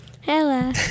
Hello